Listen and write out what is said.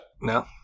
No